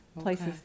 Places